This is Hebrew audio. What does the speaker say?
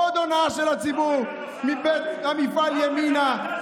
עוד הונאה של הציבור מבית היוצר של ימינה.